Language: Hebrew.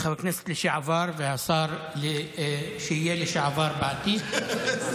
חבר הכנסת לשעבר והשר שיהיה לשעבר בעתיד.